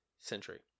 century